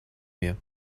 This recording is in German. mir